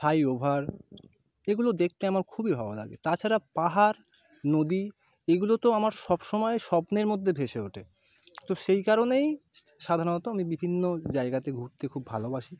flyover এগুলো দেখতে আমার খুবই ভালো লাগে তাছাড়া পাহাড় নদী এগুলো তো আমার সবসময় স্বপ্নের মধ্যে ভেসে ওঠে তো সেই কারণেই সাধারণত আমি বিভিন্ন জায়গাতে ঘুরতে খুব ভালোবাসি